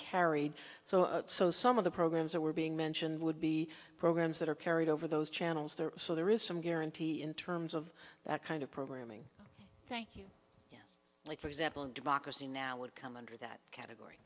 carried so some of the programs that were being mentioned would be programs that are carried over those channels there so there is some guarantee in terms of that kind of programming thank you like for example democracy now would come under that category